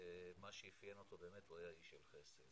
ומה שאפיין אותו באמת שהוא היה איש של חסד.